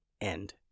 end